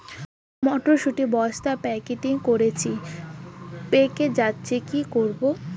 মটর শুটি বস্তা প্যাকেটিং করেছি পেকে যাচ্ছে কি করব?